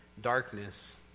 darkness